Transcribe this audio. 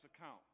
account